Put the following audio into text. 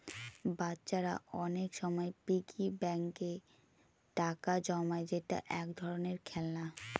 বাচ্চারা অনেক সময় পিগি ব্যাঙ্কে টাকা জমায় যেটা এক ধরনের খেলনা